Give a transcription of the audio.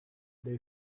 they